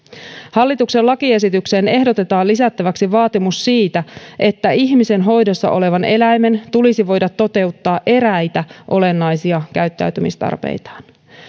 hallituksen lakiesitykseen ehdotetaan lisättäväksi vaatimus siitä että ihmisen hoidossa olevan eläimen tulisi voida toteuttaa eräitä olennaisia käyttäytymistarpeitaan